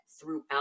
throughout